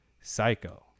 psycho